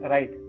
Right